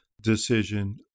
decision